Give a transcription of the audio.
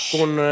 Kun